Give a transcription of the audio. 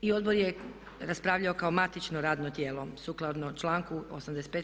I Odbor je raspravljao kao matično radno tijelo sukladno članku 85.